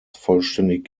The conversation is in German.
vollständig